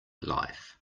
life